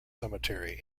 cemetery